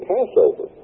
Passover